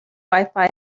wifi